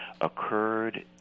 occurred